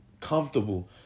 comfortable